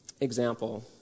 example